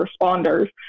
responders